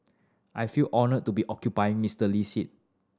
I feel honoured to be occupying Mister Lee seat